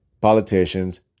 politicians